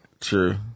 True